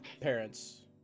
parents